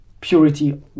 purity